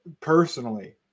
personally –